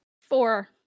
Four